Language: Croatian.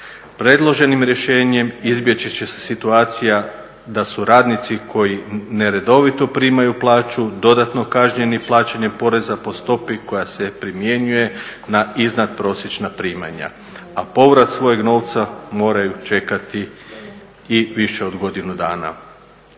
Predloženim rješenjem izbjeći će se situacija da su radnici koji neredovito primaju plaću dodatno kažnjeni plaćanjem poreza po stopi koja se primjenjuje na iznad prosječna primanja a povrat svojeg novca moraju čekati i više od godinu dana.